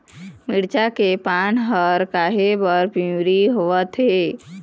मिरचा के पान हर काहे बर पिवरी होवथे?